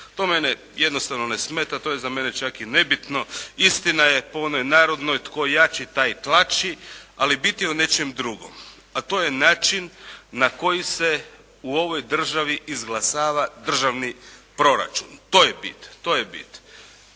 To mene jednostavno ne smeta, to je za mene čak i nebitno. Istina je po onoj narodnoj "Tko jači taj tlači!" ali bit je u nečemu drugom a to je način na koji se u ovoj državi izglasava državni proračun. To je bit.